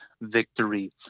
victory